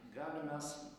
galim mes